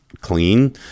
clean